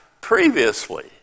previously